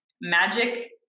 magic